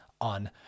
on